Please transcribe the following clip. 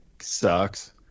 sucks